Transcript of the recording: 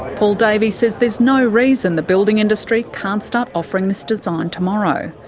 paul davy says there's no reason the building industry can't start offering this design tomorrow,